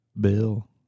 Bill